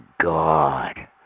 God